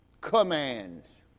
Commands